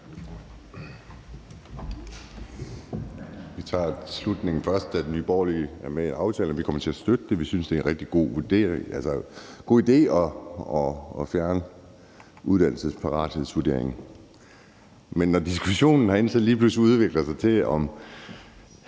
Vi tager slutningen først, altså at vi i Nye Borgerlige er med i aftalen, og at vi kommer til at støtte det. Vi synes, det er en rigtig god idé at fjerne uddannelsesparathedsvurderingen. Men når diskussionen herinde så lige pludselig udvikler sig til en